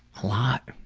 lot.